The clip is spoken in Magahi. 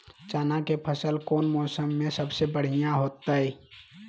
चना के फसल कौन मौसम में सबसे बढ़िया होतय?